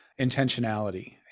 intentionality